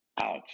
ouch